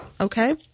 Okay